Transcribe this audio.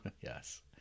yes